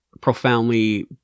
profoundly